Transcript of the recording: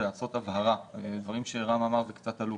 הדיון ולתת הבהרה לדברים שנאמרו כאן.